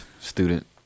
student